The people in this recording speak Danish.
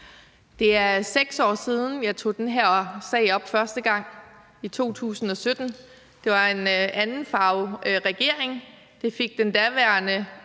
Det er 6 år siden, jeg tog den her sag op første gang, nemlig i 2017. Det var under en anden farve regering. Det fik den daværende